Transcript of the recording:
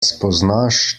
spoznaš